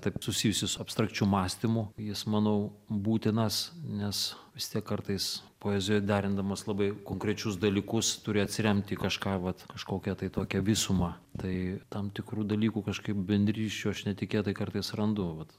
taip susijusi su abstrakčiu mąstymu jis manau būtinas nes vis tiek kartais poezijoj derindamas labai konkrečius dalykus turi atsiremti į kažką vat kažkokią tai tokią visumą tai tam tikrų dalykų kažkaip bendrysčių aš netikėtai kartais randu vat